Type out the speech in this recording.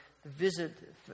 visit